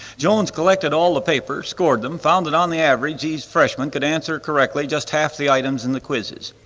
jones collected all the papers, scored them, found that on the average these freshman could answer correctly just half the items in the quizzes,